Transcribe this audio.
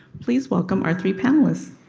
please welcome our three panelists.